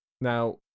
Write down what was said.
Now